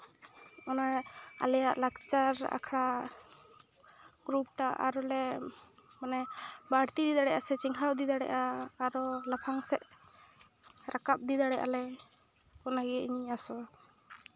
ᱚᱱᱟ ᱟᱞᱮᱭᱟᱜ ᱞᱟᱠᱪᱟᱨ ᱟᱠᱷᱲᱟ ᱜᱨᱩᱯᱷᱴᱟᱜ ᱟᱨᱚ ᱞᱮ ᱢᱟᱱᱮ ᱵᱟᱹᱲᱛᱤ ᱤᱫᱤ ᱫᱟᱲᱮᱭᱟᱜᱼᱟ ᱥᱮ ᱪᱮᱸᱜᱷᱟᱣ ᱤᱫᱤ ᱫᱟᱲᱮᱭᱟᱜᱼᱟ ᱟᱨᱚ ᱞᱟᱯᱷᱟᱝ ᱥᱮᱫ ᱨᱟᱠᱟᱵ ᱤᱫᱤ ᱫᱟᱲᱮᱭᱟᱜ ᱟᱞᱮ ᱚᱱᱟᱜᱮ ᱤᱧ ᱟᱥᱚᱜᱼᱟ